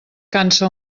cansa